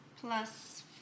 plus